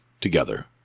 together